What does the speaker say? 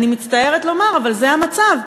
אני מצטערת לומר, אבל זה המצב.